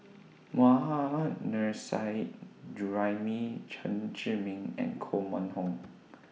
Mohammad Nurrasyid Juraimi Chen Zhiming and Koh Mun Hong